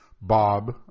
Bob